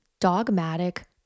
Dogmatic